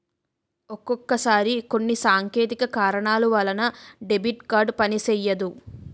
ఒక్కొక్కసారి కొన్ని సాంకేతిక కారణాల వలన డెబిట్ కార్డు పనిసెయ్యదు